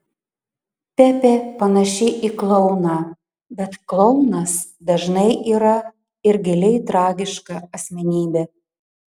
pepė panaši į klouną bet klounas dažnai yra ir giliai tragiška asmenybė